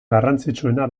garrantzitsuena